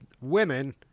women